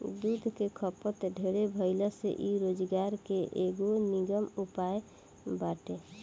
दूध के खपत ढेरे भाइला से इ रोजगार के एगो निमन उपाय बाटे